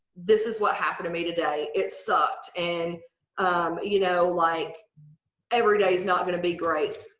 this is what happened to me today. it sucked and you know like every day is not gonna be great.